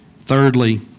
Thirdly